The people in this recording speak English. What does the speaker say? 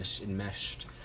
enmeshed